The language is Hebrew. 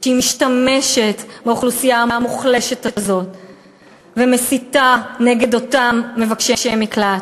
כשהיא משתמשת באוכלוסייה המוחלשת הזאת ומסיתה נגד אותם מבקשי מקלט,